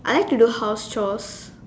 I like to do house chores